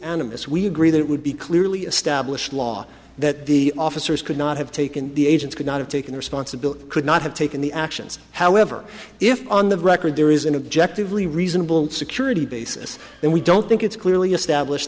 amiss we agree that it would be clearly established law that the officers could not have taken the agents could not have taken responsibility could not have taken the actions however if on the record there is an objective lea reasonable security basis and we don't think it's clearly established